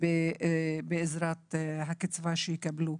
בעזרת הקצבה שיקבלו.